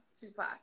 tupac